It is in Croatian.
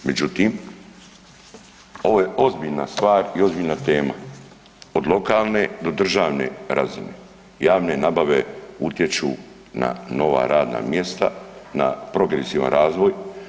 Međutim, ovo je ozbiljna stvar i ozbiljna tema, od lokalne do državne razine javne nabave utječu na nova radna mjesta, na progresivan razvoj.